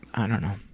i don't know.